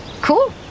Cool